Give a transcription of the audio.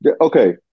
okay